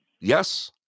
Yes